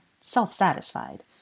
self-satisfied